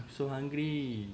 I'm so hungry